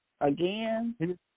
again